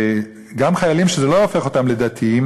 גם חיילים שזה לא הופך אותם לדתיים,